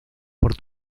por